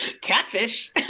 Catfish